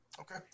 Okay